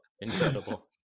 Incredible